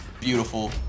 beautiful